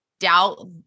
doubt